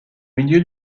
milieu